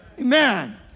Amen